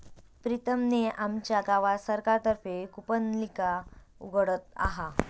प्रीतम ने आमच्या गावात सरकार तर्फे कूपनलिका उघडत आहे